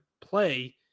play